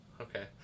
okay